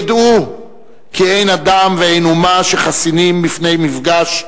ידעו כי אין אדם ואין אומה שחסינים מפני מפגש,